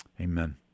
amen